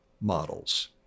models